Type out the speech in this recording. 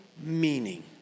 meaning